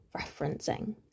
referencing